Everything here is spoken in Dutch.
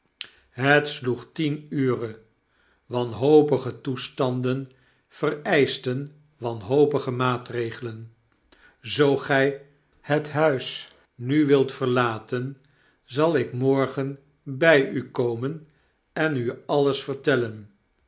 het sloeg tien ure wanhopige toestanden vereischten wanhopige maatregelen h zoo gij het huis nu wilt verlaten zal ik morgen by u komen en u alles vertellen